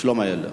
שלום הילד.